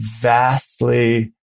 vastly